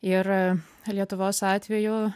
ir lietuvos atveju